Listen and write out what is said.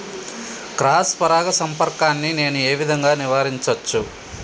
Cross పరాగ సంపర్కాన్ని నేను ఏ విధంగా నివారించచ్చు?